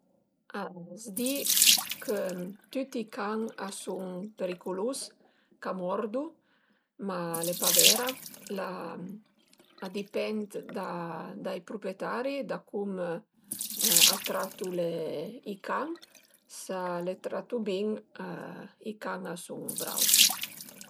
A s'di chë tüti i can a sun periculus, ch'a mordu, ma al e pa vera, la a dipend dai pruprietari, da cum a tratu le i can, s'a i tratu bin i can a sun brau